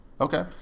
Okay